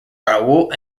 raoul